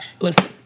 Listen